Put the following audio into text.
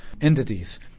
entities